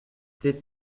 tes